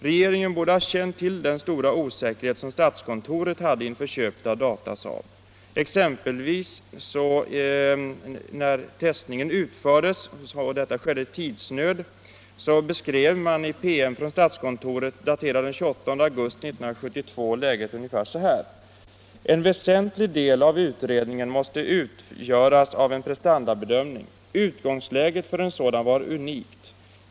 Regeringen borde ha känt till den stora osäkerhet som statskontoret kände inför köpet av Datasaab. Exempelvis när testningen utfördes — det skedde i tidsnöd — beskrev man i en promemoria från statskontoret, daterad den 28 augusti 1972, läget så här: ”En väsentlig del av utredningen måste utgöras av en prestandabedömning. Utgångsläget för en sådan var unik.